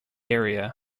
area